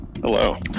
Hello